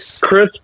chris